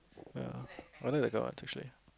ya I like that kind of